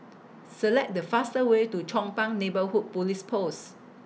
Select The faster Way to Chong Pang Neighbourhood Police Post